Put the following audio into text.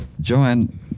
Joanne